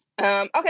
Okay